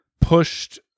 pushed